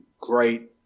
great